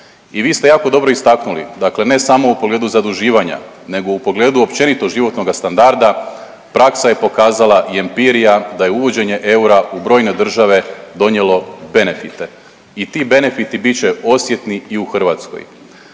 I vi ste jako dobro istaknuli, dakle ne samo u pogledu zaduživanja nego u pogledu općenito životnoga standarda praksa je pokazala i empirija da je uvođenje eura u brojne države donijelo benefite. I ti benefiti bit će osjetni i u Hrvatskoj.